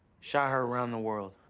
shot heard around the world.